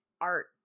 art